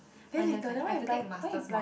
mine damn I have to masters mod